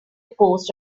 post